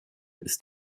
ist